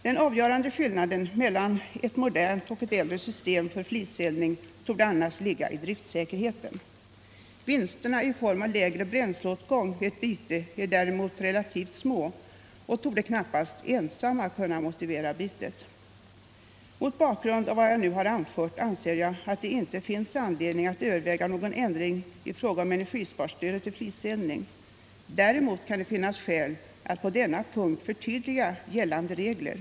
Den avgörande skillnaden mellan ett modernt och ett äldre system för fliseldning torde annars ligga i driftsäkerheten. Vinsterna i form av lägre bränsleåtgång vid ett byte är däremot relativt små och torde knappast ensamma kunna motivera bytet. Mot bakgrund av vad jag nu har anfört anser jag att det inte finns anledning att överväga någon ändring i fråga om energisparstödet till fliseldning. Däremot kan det finnas skäl att på denna punkt förtydliga gällande regler.